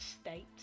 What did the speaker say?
state